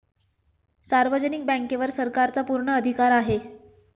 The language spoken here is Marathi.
सार्वजनिक बँकेवर सरकारचा पूर्ण अधिकार आहे